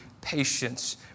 patience